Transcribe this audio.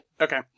Okay